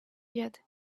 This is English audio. yet